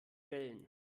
wellen